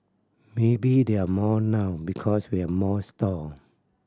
maybe there are more now because we are more stall